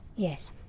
yes.